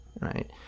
right